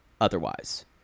otherwise